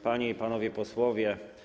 Panie i Panowie Posłowie!